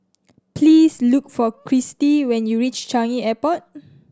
please look for Kirstie when you reach Changi Airport